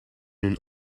hun